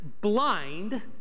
blind